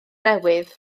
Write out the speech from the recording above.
newydd